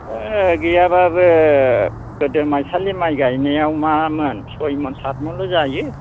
ओ गैयाब्लाबो गोदो माइसालि माइ गायनायाव मामोन सय मन सात मनल' जायो